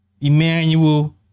Emmanuel